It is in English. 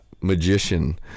magician